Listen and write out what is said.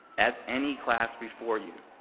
as any class before you